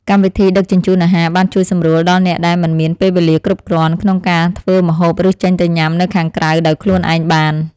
កម្មវិធីដឹកជញ្ជូនអាហារបានជួយសម្រួលដល់អ្នកដែលមិនមានពេលវេលាគ្រប់គ្រាន់ក្នុងការធ្វើម្ហូបឬចេញទៅញ៉ាំនៅខាងក្រៅដោយខ្លួនឯងបាន។